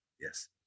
yes